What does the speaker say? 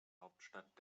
hauptstadt